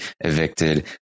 evicted